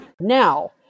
Now